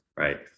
Right